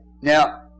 Now